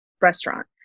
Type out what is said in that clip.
restaurant